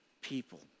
people